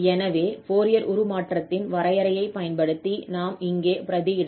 எனவே ஃபோரியர் உருமாற்றத்தின் வரையறையைப் பயன்படுத்தி நாம் இங்கே பிரதியிடலாம்